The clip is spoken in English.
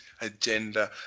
agenda